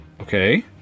Okay